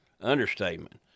understatement